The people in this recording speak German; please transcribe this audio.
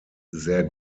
sehr